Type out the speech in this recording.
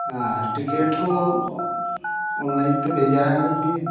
ᱟᱨ ticket ᱦᱚᱸ online ᱛᱮ ᱵᱷᱮᱡᱟ ᱟᱹᱞᱤᱧ ᱵᱮᱱ